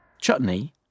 Chutney